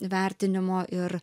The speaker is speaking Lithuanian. vertinimo ir